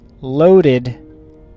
loaded